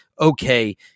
Okay